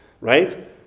right